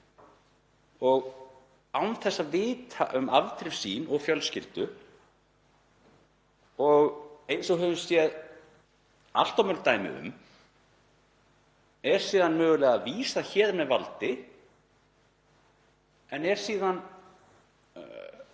og án þess að vita um afdrif sín og fjölskyldu og, eins og við höfum séð allt of mörg dæmi um, er síðan mögulega vísað héðan með valdi en seinna